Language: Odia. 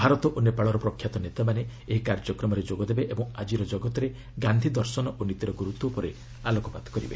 ଭାରତ ଓ ନେପାଳର ପ୍ରଖ୍ୟାତ ନେତାମାନେ ଏହି କାର୍ଯ୍ୟକ୍ରମରେ ଯୋଗଦେବେ ଏବଂ ଆଜିର ଜଗତରେ ଗାନ୍ଧି ଦର୍ଶନ ଓ ନୀତିର ଗୁରୁତ୍ୱ ଉପରେ ଆଲୋକପାତ କରିବେ